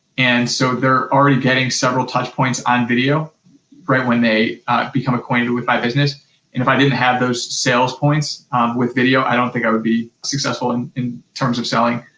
and, so, they're already getting several touch points on video right when they become acquainted with my business. and if i didn't have those sales points with video, i don't think i would be successful in in terms of selling.